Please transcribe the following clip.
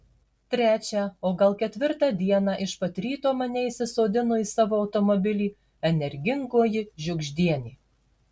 trečią o gal ketvirtą dieną iš pat ryto mane įsisodino į savo automobilį energingoji žiugždienė